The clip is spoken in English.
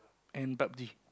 and Pub-g